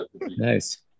nice